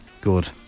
Good